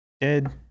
dead